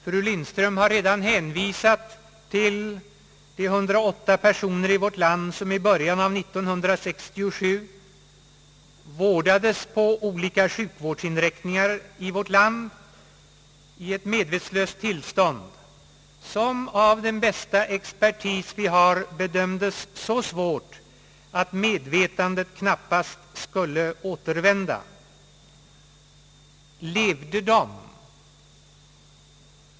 Fru Lindström har redan hänvisat till de 108 personer i vårt land som i början av 1967 vårdades på olika sjukvårdsinrättningar i medvetslöst tillstånd, vilket av den bästa expertis vi har bedömdes vara så svårt att medvetandet knappast skulle återvända. Levde de?